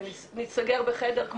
וניסגר בחדר,